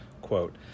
quote